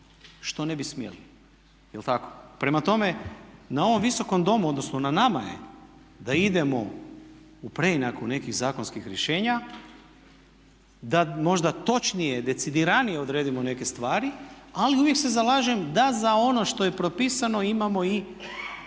Je li tako? Prema tome, na ovom Visokom domu, odnosno na nama je da idemo u preinaku nekih zakonskih rješenja, da možda točnije, decidiranije odredimo neke stvari. Ali uvijek se zalažem da za ono što je propisano imamo i